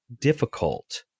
difficult